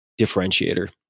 differentiator